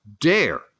dare